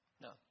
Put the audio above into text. No